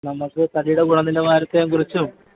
നമുക്ക് തടിയുടെ ഗുണനിലവാരത്തെക്കുറിച്ചും